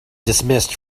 dismissed